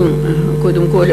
קודם כול,